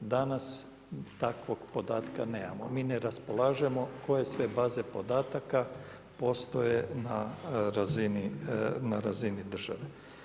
Danas takvog podatka nemamo, mi ne raspolažemo tko je sve baze podataka postoje na razini države.